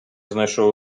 знайшов